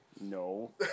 No